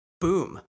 Boom